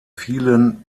vielen